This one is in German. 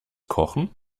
kochen